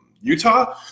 Utah